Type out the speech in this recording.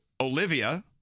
Olivia